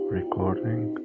recording